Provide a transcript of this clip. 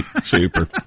Super